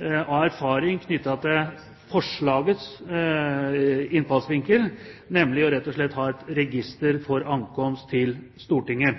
erfaring knyttet til forslagets innfallsvinkel, nemlig ved rett og slett å ha et register for ankomst til Stortinget.